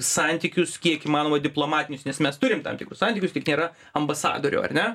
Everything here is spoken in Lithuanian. santykius kiek įmanoma diplomatinius nes mes turim tam tikrus santykius tik nėra ambasadorių ar ne